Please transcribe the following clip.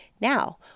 Now